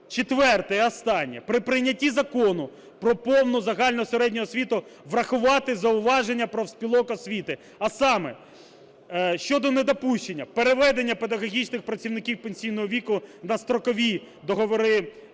четверте і останнє – при прийнятті Закону "Про повну загальну середню освіту" врахувати зауваження профспілок освіти, а саме щодо недопущення переведення педагогічних працівників пенсійного віку на строкові договори,